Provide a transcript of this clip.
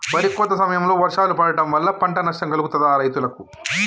వరి కోత సమయంలో వర్షాలు పడటం వల్ల పంట నష్టం కలుగుతదా రైతులకు?